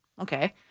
Okay